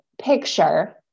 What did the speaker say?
picture